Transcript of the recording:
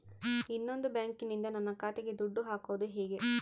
ಇನ್ನೊಂದು ಬ್ಯಾಂಕಿನಿಂದ ನನ್ನ ಖಾತೆಗೆ ದುಡ್ಡು ಹಾಕೋದು ಹೇಗೆ?